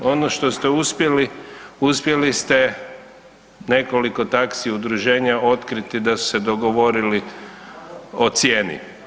Ono što ste uspjeli, uspjeli ste nekoliko taxi udruženja otkriti da su se dogovorili o cijeni.